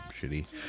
shitty